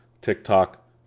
TikTok